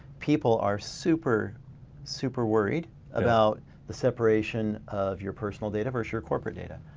people are super super worried about the separation of your personal data versus your corporate data.